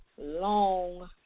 long